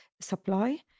supply